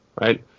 right